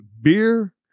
beer